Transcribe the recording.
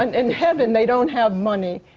and in heaven they don't have money.